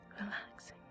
relaxing